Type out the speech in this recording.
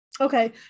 Okay